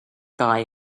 guy